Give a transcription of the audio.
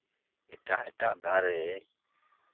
ᱮᱴᱟᱜ ᱮᱴᱟᱜ ᱫᱟᱨᱮ